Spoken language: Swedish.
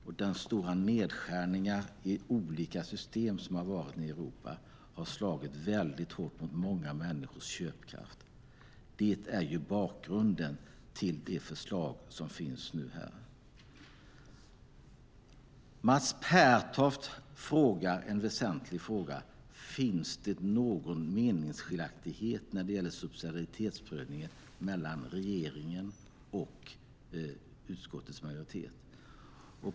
Och de stora nedskärningar i olika system som har skett nere i Europa har slagit hårt mot många människors köpkraft. Det är bakgrunden till det förslag som nu finns här. Mats Pertoft ställer en väsentlig fråga. Finns det någon meningsskiljaktighet när det gäller subsidiaritetsprövningen mellan regeringen och utskottets majoritet?